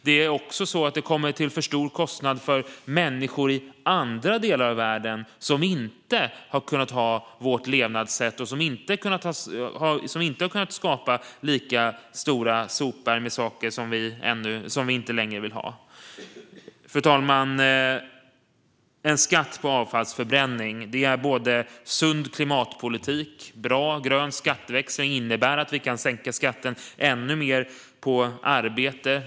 Det är också så att det blir en för stor kostnad för människor i andra delar av världen som inte har kunnat ha vårt levnadssätt och som inte har kunnat skapa lika stora sopberg med saker som de inte längre vill ha. Fru talman! En skatt på avfallsförbränning är en sund klimatpolitik. En bra grön skatteväxling innebär att vi kan sänka skatten ännu mer på arbete.